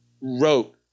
wrote